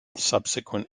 subsequent